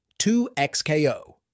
2XKO